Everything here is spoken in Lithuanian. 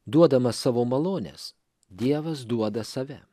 duodama savo malones dievas duoda save